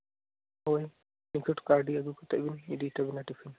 ᱦᱳᱭ ᱱᱤᱠᱷᱩᱛ ᱠᱟᱹᱣᱰᱤ ᱟᱹᱜᱩ ᱠᱟᱛᱮᱵᱤᱱ ᱤᱫᱤ ᱛᱟᱹᱵᱤᱱᱟ ᱴᱤᱯᱷᱤᱱ